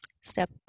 Step